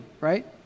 right